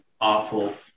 awful